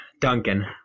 Duncan